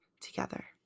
together